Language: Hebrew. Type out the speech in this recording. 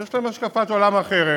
שיש להם השקפת עולם אחרת,